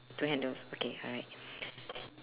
two handles okay alright